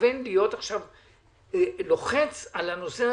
מתכוון ללחוץ על הנושא,